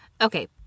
Okay